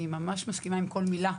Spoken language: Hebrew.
אני ממש מסכימה עם כל מילה.